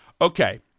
Okay